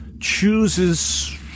chooses